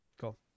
Cool